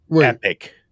epic